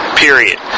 Period